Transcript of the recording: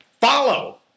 Follow